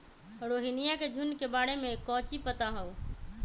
रोहिनया के झुंड के बारे में कौची पता हाउ?